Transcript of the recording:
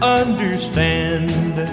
understand